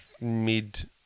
mid